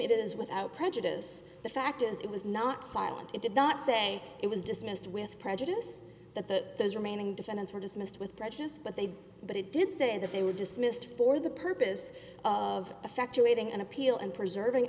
it is without prejudice the fact is it was not silent it did not say it was dismissed with prejudice that those remaining defendants were dismissed with prejudice but they did that it did say that they were dismissed for the purpose of effectuating an appeal and preserving